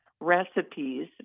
recipes